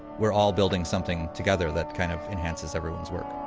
we're all building something together that kind of enhances everyone's work